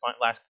last